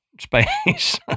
space